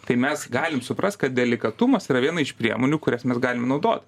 tai mes galim suprast kad delikatumas yra viena iš priemonių kurias mes galim naudot